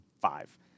five